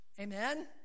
Amen